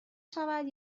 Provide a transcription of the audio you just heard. شود